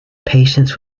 patience